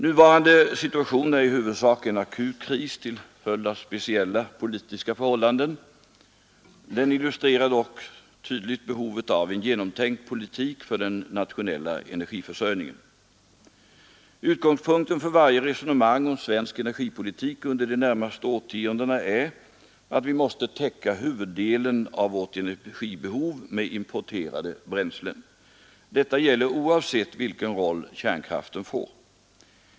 Nuvarande situation är i huvudsak en akut kris till följd av speciella politiska förhållanden. Den illustrerar dock tydligt behovet av en genomtänkt politik för den nationella energiförsörjningen. Utgångspunkten för varje resonemang om svensk energipolitik under de närmaste årtiondena är att vi måste täcka huvuddelen av vårt energibehov med importerade bränslen. Detta gäller oavsett vilken roll kärnkraften får.